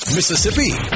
Mississippi